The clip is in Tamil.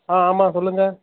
ஆ ஆமாம் சொல்லுங்கள்